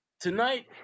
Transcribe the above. Tonight